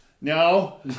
no